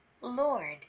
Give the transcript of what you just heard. Lord